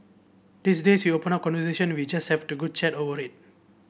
these days open up conversation we just have to good chat over it